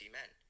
men